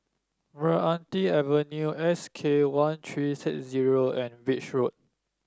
Meranti Avenue S K one three six zero and Beach Road